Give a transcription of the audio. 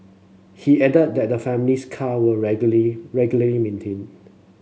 he added that the family's car were regularly maintained